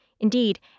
Indeed